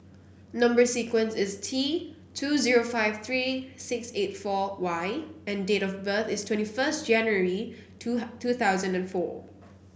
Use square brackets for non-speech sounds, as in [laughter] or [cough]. number sequence is T two zero five three six eight four Y and date of birth is twenty first January two [unintelligible] two thousand and four